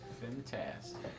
Fantastic